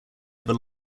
over